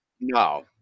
No